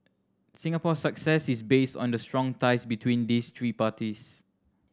Singapore's success is based on the strong ties between these three parties